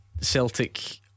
Celtic